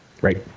Right